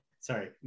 sorry